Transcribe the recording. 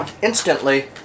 Instantly